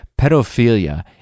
Pedophilia